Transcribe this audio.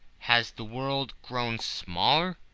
has the world grown smaller?